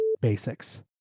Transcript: basics